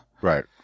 Right